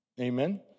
Amen